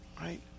Right